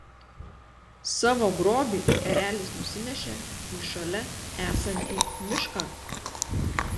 savo grobį erelis nusinešė į šalia esantį mišką